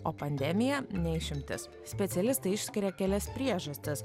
o pandemija ne išimtis specialistai išskiria kelias priežastis